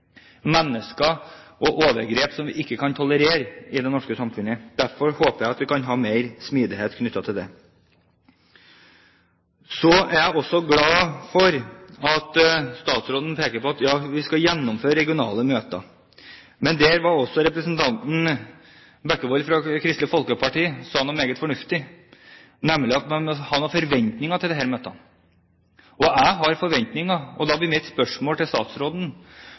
overgrep som vi ikke kan tolerere i det norske samfunnet. Derfor håper jeg at vi kan ha mer smidighet knyttet til det. Så er jeg også glad for at statsråden peker på at en skal gjennomføre regionale møter. Representanten Bekkevold fra Kristelig Folkeparti sa noe meget fornuftig, nemlig at man må ha noen forventninger til disse møtene. Jeg har forventninger, og da blir mitt spørsmål til statsråden: